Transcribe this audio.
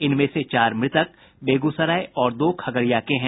इनमें से चार मृतक बेगूसराय और दो खगड़िया के हैं